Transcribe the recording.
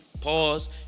pause